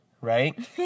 right